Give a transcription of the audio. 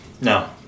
No